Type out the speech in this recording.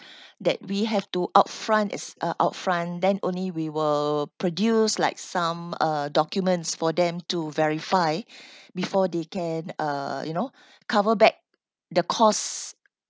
that we have to upfront is uh upfront then only we will produce like some uh documents for them to verify before they can uh you know cover back the cost